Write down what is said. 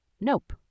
Nope